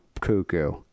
cuckoo